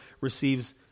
receives